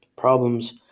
Problems